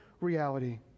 reality